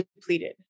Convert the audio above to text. depleted